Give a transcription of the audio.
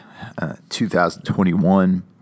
2021